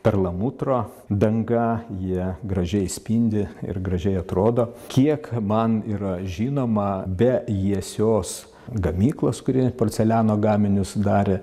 perlamutro danga jie gražiai spindi ir gražiai atrodo kiek man yra žinoma be jiesios gamyklos kuri porceliano gaminius darė